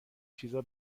چیزا